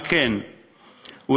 על כן,